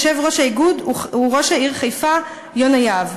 יושב-ראש האיגוד הוא ראש העיר חיפה יונה יהב.